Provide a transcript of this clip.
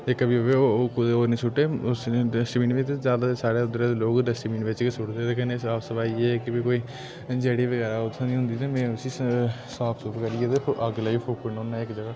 इक बी ओह् कुतै होर नि सुट्टै उस्सै डस्टबिन च साढ़ै उद्धरै दे लोग डस्टबिन बिच्च गै सुट्टदे ते कन्नै साफ सफाई एह् ऐ कि ब कोई जेह्ड़ी बगैरा उत्थें दी होंदी में उसी साफ सूफ करियै अग्ग लाइयै फूकी ओड़ना होन्नां इक जगह्